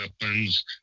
weapons